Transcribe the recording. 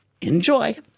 Enjoy